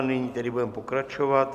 Nyní tedy budeme pokračovat.